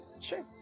Sure